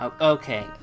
Okay